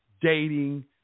dating